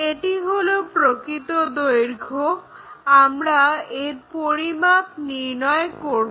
এটি হলো প্রকৃত দৈর্ঘ্য আমরা এর পরিমাপ নির্ণয় করব